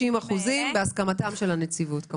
ב-50 אחוזים בהסכמת הנציבות.